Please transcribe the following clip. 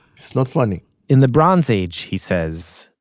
it's not funny in the bronze age, he says,